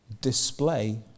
display